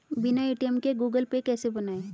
बिना ए.टी.एम के Google Pay कैसे बनायें?